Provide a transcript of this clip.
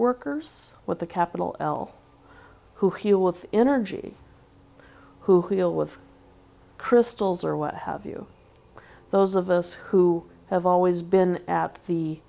workers with the capital l who heal with energy who heal with crystals or what have you those of us who have always been at the